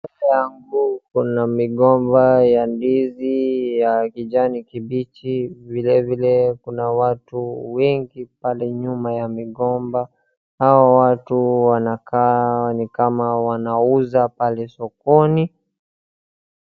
Mbele yangu kuna migomba ya ndizi ya kijani kibichi, vile vile kuna watu wengi pale nyuma ya migomba. Hawa watu wanakaa nikama wanuza pale sokoni.